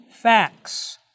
Facts